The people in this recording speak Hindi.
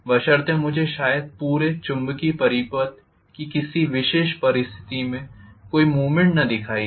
बशर्ते मुझे शायद पूरे चुंबकीय परिपथ की किसी विशेष स्थिति में कोई मूवमेंट न दिखाई दे